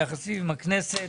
היחסים עם הכנסת.